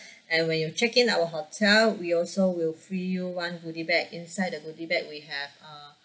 and when you check in our hotel we also will free you one goodie bag inside the goodie bag we have uh